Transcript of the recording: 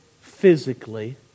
physically